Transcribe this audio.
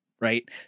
Right